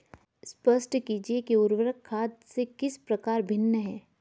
स्पष्ट कीजिए कि उर्वरक खाद से किस प्रकार भिन्न है?